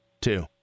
Two